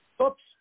Oops